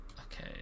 Okay